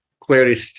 clarity